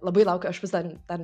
labai laukiu aš vis dar dar